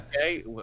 okay